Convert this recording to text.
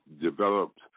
developed